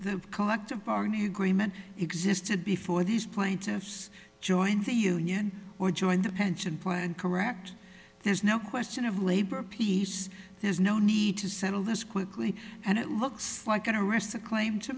that collective bargaining agreement existed before these plaintiffs joined the union or joined the pension plan correct there's no question of labor peace there's no need to settle this quickly and it looks like an arrest to claim to